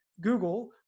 Google